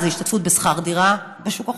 אז להשתתפות בשכר דירה בשוק החופשי,